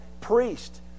priest